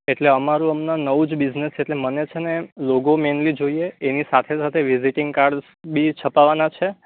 એટલે અમારું હમણાં નવું જ બિઝનસ છે એટલે મને છે ને લોગો મેનલી જોઈએ એની સાથે સાથે વિઝિટિંગ કાર્ડ્સ બી છપાવવાનાં છે